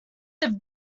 used